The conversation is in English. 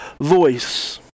voice